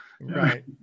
right